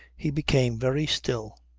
he became very still.